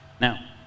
Now